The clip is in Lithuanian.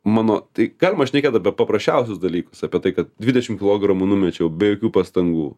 mano tai galima šnekėt apie paprasčiausius dalykus apie tai kad dvidešim kilogramų numečiau be jokių pastangų